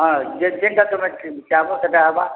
ହଁ ଯେ ଯେନ୍ଟା ତମେ ଚାହେଁବ ସେଟା ହେବା